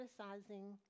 criticizing